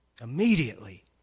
immediately